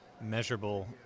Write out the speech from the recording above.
measurable